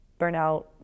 burnout